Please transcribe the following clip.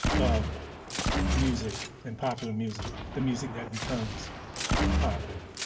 of music and popular music, the music that becomes popular.